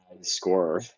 scorer